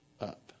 up